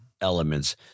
elements